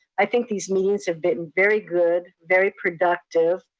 i think these meetings have been very good, very productive.